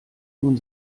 nun